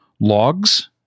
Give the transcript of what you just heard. logs